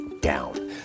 down